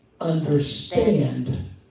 understand